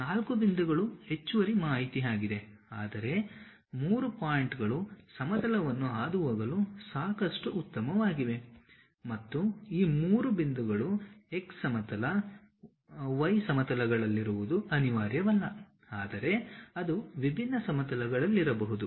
ನಾಲ್ಕು ಬಿಂದುಗಳು ಹೆಚ್ಚುವರಿ ಮಾಹಿತಿಯಾಗಿದೆ ಆದರೆ ಮೂರು ಪಾಯಿಂಟ್ಗಳು ಸಮತಲವನ್ನು ಹಾದುಹೋಗಲು ಸಾಕಷ್ಟು ಉತ್ತಮವಾಗಿವೆ ಮತ್ತು ಈ ಮೂರು ಬಿಂದುಗಳು x ಸಮತಲ ಅಥವಾ y ಸಮತಲಗಳಲ್ಲಿರುವುದು ಅನಿವಾರ್ಯವಲ್ಲ ಆದರೆ ಅದು ವಿಭಿನ್ನ ಸಮತಲಗಳಲ್ಲಿರಬಹುದು